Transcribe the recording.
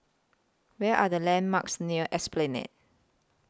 Where Are The landmarks near Esplanade